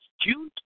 June